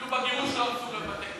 אפילו בגירוש לא הרסו בתי-כנסת.